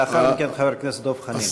לאחר מכן, חבר הכנסת דב חנין.